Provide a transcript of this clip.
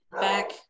back